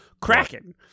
Kraken